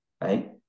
right